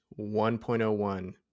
1.01